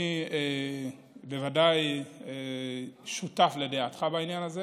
אני בוודאי שותף לדעתך בעניין הזה.